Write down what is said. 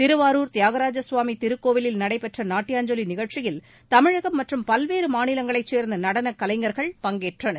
திருவாரூர் தியாகராஜசுவாமி திருக்கோவிலில் நடைபெற்ற நாட்டியாஞ்சலி நிகழ்ச்சியில் தமிழகம் மற்றும் பல்வேறு மாநிலங்களைச் சோந்த நடன கலைஞர்கள் பங்கேற்றனர்